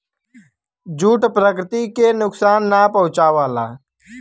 jute प्रकृति के नुकसान ना पहुंचावला